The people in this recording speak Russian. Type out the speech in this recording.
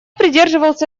придерживался